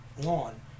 lawn